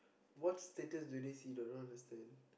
what status do they see I don't understand